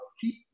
keep